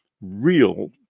real